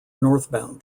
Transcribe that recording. northbound